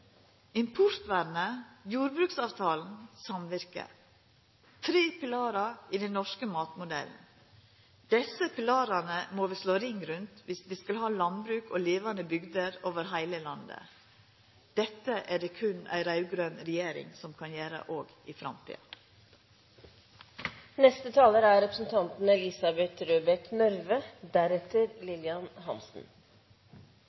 Importvernet, jordbruksavtalen og samvirket er tre pilarar i den norske matmodellen. Desse pilarane må vi slå ring rundt viss vi skal ha landbruk og levande bygder over heile landet. Dette er det berre ei raud-grøn regjering som kan gjera – òg i